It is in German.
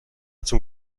zum